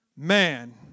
Man